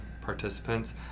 participants